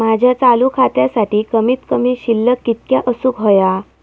माझ्या चालू खात्यासाठी कमित कमी शिल्लक कितक्या असूक होया?